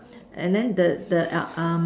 and then that the the uh um